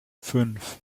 fünf